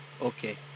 okay